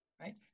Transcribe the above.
Right